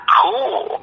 cool